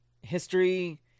History